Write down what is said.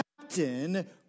captain